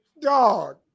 Dog